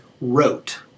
wrote